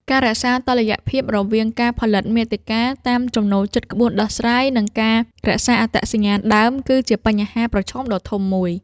ការរក្សាតុល្យភាពរវាង ការផលិតមាតិកាតាមចំណូលចិត្តក្បួនដោះស្រាយ និង ការរក្សាអត្តសញ្ញាណដើម គឺជាបញ្ហាប្រឈមដ៏ធំមួយ។